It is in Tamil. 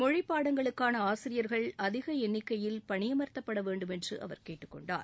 மொழிப்பாடங்களுக்காள ஆசிரியர்கள் அதிக எண்ணிக்கையில் பணியமர்த்தப்பட வேண்டுமென்று அவர் கேட்டுக் கொண்டார்